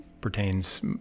pertains